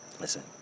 listen